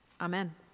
Amen